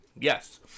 Yes